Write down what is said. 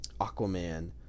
Aquaman